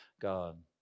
God